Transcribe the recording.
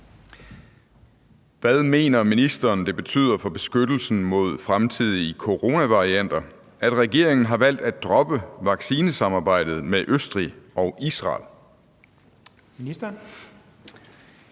Hvad mener ministeren det betyder for beskyttelsen mod fremtidige coronavarianter, at regeringen har valgt at droppe vaccinesamarbejdet med Østrig og Israel?